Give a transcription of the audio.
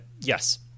Yes